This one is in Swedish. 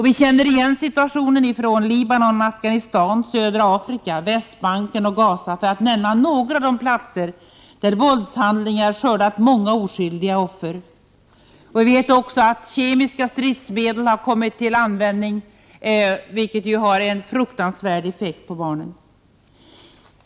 Vi känner igen situationen från Libanon, Afghanistan, södra Afrika, Västbanken och Gaza, för att nämna några av de platser där våldshandlingar har skördat många oskyldiga offer. Kemiska stridsmedel har också kommit till användning, vilka har en fruktansvärd effekt på barnen.